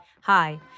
Hi